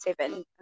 seven